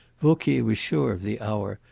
vauquier was sure of the hour,